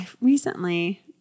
Recently